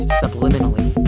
subliminally